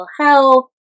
health